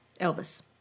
Elvis